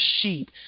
sheep